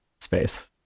space